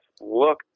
look